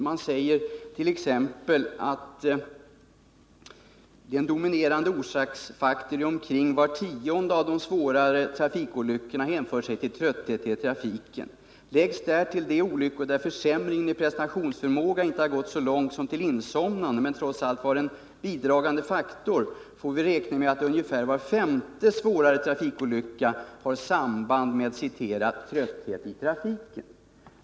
Man säger t.ex. att den dominerande orsaksfaktorn i omkring var tionde av de svårare trafikolyckorna hänför sig till trötthet i trafiken. Läggs därtill de olyckor där försämringen i prestationsförmåga inte har gått så långt som till insomnande men trots allt var en bidragande faktor, får vi räkna med att ungefär var femte svårare trafikolycka har samband med trötthet i trafiken.